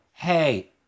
Hey